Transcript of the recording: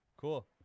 Cool